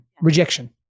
rejection